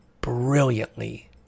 brilliantly